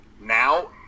Now